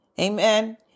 Amen